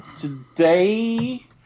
today